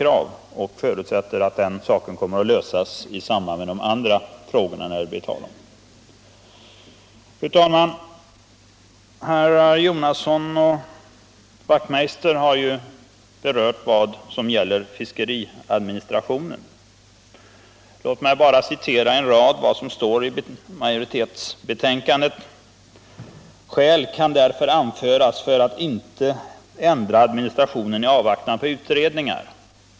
Jag förutsätter att den frågan kommer att lösas i samband med de andra frågorna. Fru talman! Herrar Jonasson och Wachtmeister har berört fiskeriadministrationen. Låt mig bara citera en rad ur majoritetsbetänkandet: ”Skäl kan därför anföras för att inte ändra administrationen i avvaktan på utredningarna”.